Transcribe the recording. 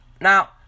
Now